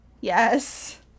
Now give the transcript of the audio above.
Yes